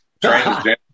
transgender